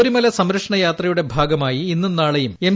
ശബരിമല സംരക്ഷണ യാത്രയുടെ ഭാഗമായി ഇന്നും നാളെയും എം